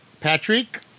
patrick